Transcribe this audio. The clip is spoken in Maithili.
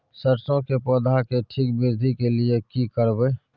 सरसो के पौधा के ठीक वृद्धि के लिये की करबै?